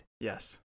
Yes